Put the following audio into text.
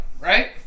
Right